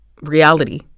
reality